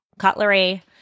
cutlery